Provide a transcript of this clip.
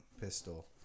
pistol